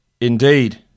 Indeed